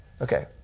Okay